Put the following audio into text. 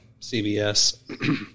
CBS